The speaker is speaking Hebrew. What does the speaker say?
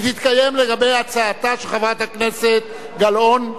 היא תתקיים לגבי הצעתה של חברת הכנסת גלאון,